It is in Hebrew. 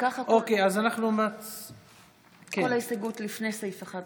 כל ההסתייגויות לפני סעיף 1,